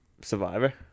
Survivor